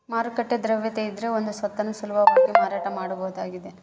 ಮಾರುಕಟ್ಟೆ ದ್ರವ್ಯತೆಯಿದ್ರೆ ಒಂದು ಸ್ವತ್ತನ್ನು ಸುಲಭವಾಗಿ ಮಾರಾಟ ಮಾಡಬಹುದಾಗಿದ